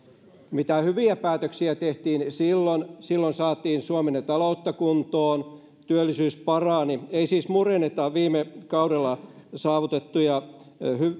mitä hyviä päätöksiä tehtiin silloin silloin saatiin suomen taloutta kuntoon työllisyys parani ei siis murenneta viime kaudella saavutettuja